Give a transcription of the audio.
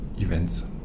events